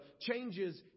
changes